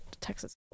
Texas